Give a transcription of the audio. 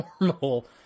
normal